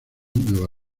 nueva